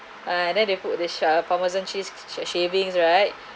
uh then they put the sh~ parmesan cheese sh~ shavings right